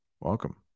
Welcome